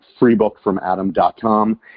freebookfromadam.com